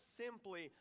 simply